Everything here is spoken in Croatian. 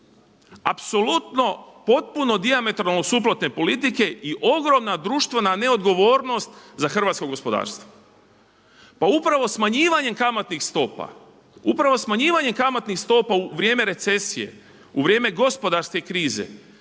Apsolutno potpuno dijametralno suprotne politike i ogromna društvena neodgovornost za hrvatsko gospodarstvo. Pa upravo smanjivanjem kamatnih stopa, upravo smanjivanjem kamatnih stopa u vrijeme recesije, u vrijeme gospodarske krize